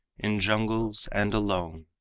in jungles and alone.